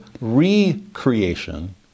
re-creation